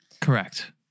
Correct